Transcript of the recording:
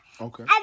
Okay